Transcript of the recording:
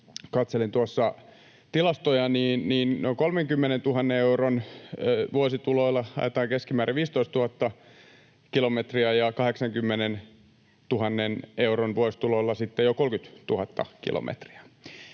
tuossa tilastoja, niin noin 30 000 euron vuosituloilla ajetaan keskimäärin 15 000 kilometriä ja 80 000 euron vuosituloilla sitten jo 30 000 kilometriä.